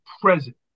present